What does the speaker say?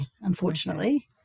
unfortunately